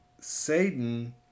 Satan